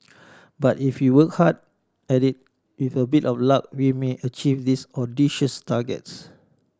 but if we work hard at it with a bit of luck we may achieve these audacious targets